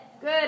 Good